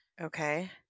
Okay